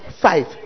five